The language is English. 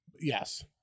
Yes